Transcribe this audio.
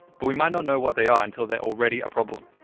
but we might not know what they are until they're already a problem.